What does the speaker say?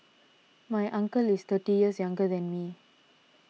my uncle is thirty years younger than me